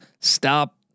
stop